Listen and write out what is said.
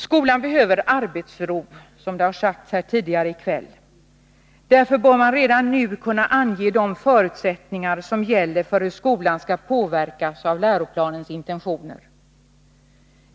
Skolan behöver arbetsro, vilket har sagts också tidigare under debatten. Därför bör man redan nu kunna ange de förutsättningar som gäller för hur skolan skall påverkas av läroplanens intentioner.